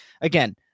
Again